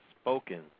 spoken